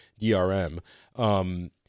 DRM